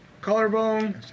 Collarbone